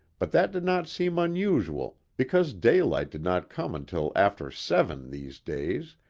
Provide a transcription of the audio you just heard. but that did not seem unusual because daylight did not come until after seven these days,